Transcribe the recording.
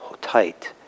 tight